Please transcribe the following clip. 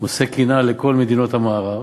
מושאי קנאה לכל מדינות המערב,